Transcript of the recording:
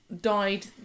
died